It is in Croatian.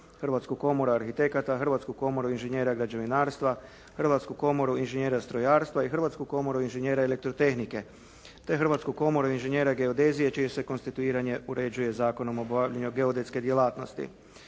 Hrvatsku komoru arhitekata, Hrvatsku komoru inženjera građevinarstva, Hrvatsku komoru inženjera strojarstva i Hrvatsku komoru inženjera elektrotehnike, te Hrvatsku komoru inženjera geodezije čije se konstituiranje uređuje Zakonom o obavljanju geodetske djelatnosti.